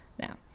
now